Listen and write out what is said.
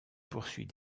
poursuit